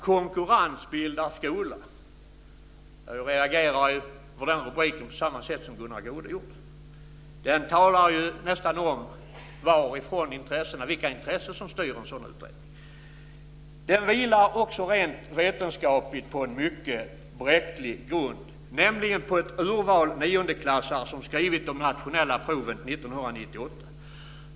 Konkurrens bildar skola - jag reagerar på titeln på precis samma sätt som Gunnar Goude gjorde, den talar om vilka intressen som styr - vilar rent vetenskapligt på en mycket bräcklig grund, nämligen på ett urval niondeklassare som har skrivit de nationella proven 1998.